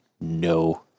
no